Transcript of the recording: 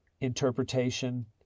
interpretation